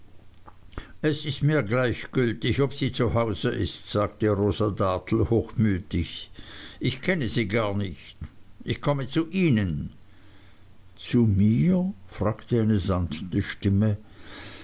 es ist mir gleichgültig ob sie zu hause ist sagte rosa dartle hochmütig ich kenne sie gar nicht ich komme zu ihnen zu mir fragte eine sanfte stimme